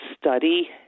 study